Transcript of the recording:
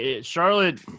Charlotte